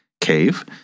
cave